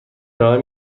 ارائه